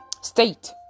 state